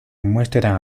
muestra